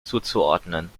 zuzuordnen